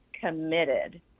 committed